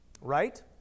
Right